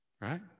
Right